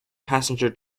passenger